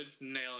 nailing